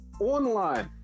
online